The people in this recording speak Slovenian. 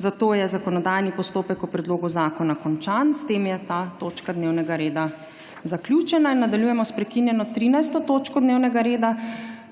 zato je zakonodajni postopek o predlogu zakona končan. S tem je ta točka dnevnega reda zaključena. Nadaljujemo s prekinjeno 13. točko dnevnega reda,